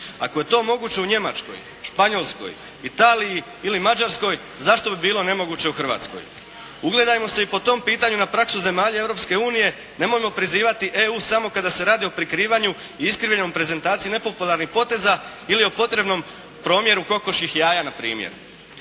Ako je to moguće u Njemačkoj, Španjolskoj, Italiji ili Mađarskoj zašto bi bilo nemoguće u Hrvatskoj? Ugledajmo se i po tom pitanju na praksu zemalja Europske unije, nemojmo prizivati EU samo kada se radi o prikrivanju i iskrivljenoj prezentaciji nepopularnih poteza ili o potrebnom promjeru kokošjih jaja na primjer.